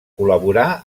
col·laborà